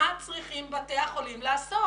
מה צריכים בתי החולים לעשות.